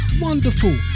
wonderful